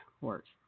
works